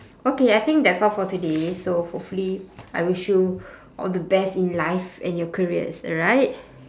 okay I think that's all for today so hopefully I wish you all the best in life and your careers alright